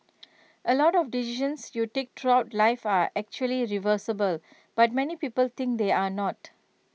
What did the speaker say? A lot of decisions you take throughout life are actually reversible but many people think they're not